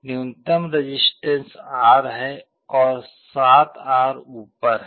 न्यूनतम resistance R है और 7R ऊपर है